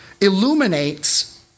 illuminates